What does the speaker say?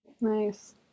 nice